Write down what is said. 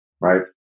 Right